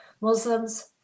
Muslims